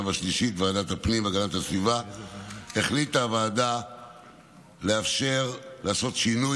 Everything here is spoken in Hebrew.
והשלישית ועדת הפנים והגנת הסביבה החליטה לעשות שינוי